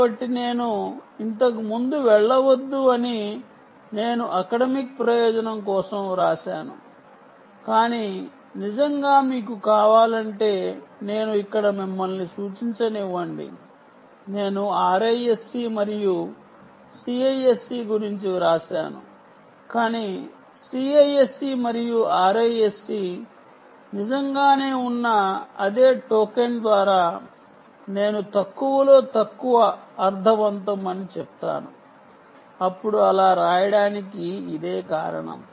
కాబట్టి నేను ఇంతకు ముందు వెళ్ళవద్దు అని నేను అకడమిక్ ప్రయోజనం కోసం వ్రాసాను కాని నిజంగా మీకు కావాలంటే నేను ఇక్కడ మిమ్మల్ని సూచించనివ్వండి నేను RISC మరియు CISC గురించి వ్రాసాను కాని CISC మరియు RISC నిజంగానే ఉన్న అదే టోకెన్ ద్వారా నేను తక్కువ లో తక్కువ అర్ధవంతం అని చెప్తాను అప్పుడు అలా రాయడానికి ఇదే కారణం